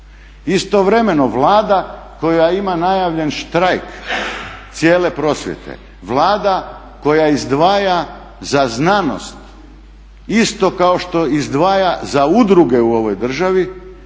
Istovremeno Vlada koja ima najavljen štrajk cijele prosvjete, Vlada koja izdvaja za znanost isto kao što izdvaja za udruge u ovoj državi